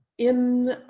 in